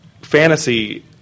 fantasy